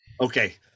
Okay